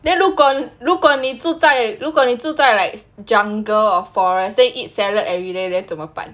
then 如果如果你住在如果你住在 like jungle or forest then eat salad everyday then 怎么办